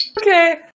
Okay